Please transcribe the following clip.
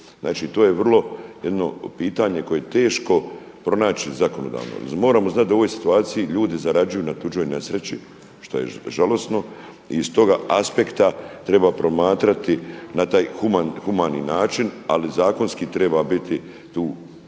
Znači, to je vrlo jedno pitanje koje je teško pronaći zakonodavno. Moramo znati da u ovoj situaciji ljudi zarađuju na tuđoj nesreći što je žalosno i iz toga aspekta treba promatrati na taj humani način, ali zakonski treba biti tu jasno i